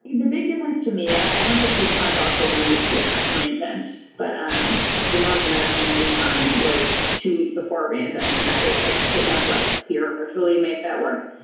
the the big difference to me, and i went to kubcon barcelona this year and reinvent, but um the north american kubcon was two weeks before and i could not like spiritually make that work.